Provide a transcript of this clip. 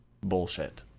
bullshit